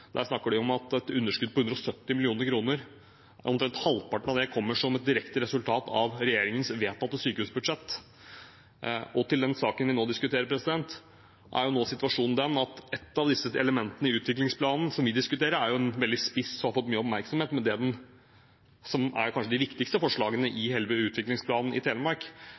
Der snakker man om et underskudd på 170 mill. kr. Omtrent halvparten av dette kommer som et direkte resultat av regjeringens vedtatte sykehusbudsjett. Situasjonen i saken vi nå diskuterer, er at ett av elementene i utviklingsplanen – som er veldig spiss og har fått mye oppmerksomhet, og som kanskje er det viktigste forslaget i hele utviklingsplanen for Telemark – er å legge til rette for nye, til dels svært nødvendige og store investeringer ved sykehusene i Telemark.